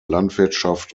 landwirtschaft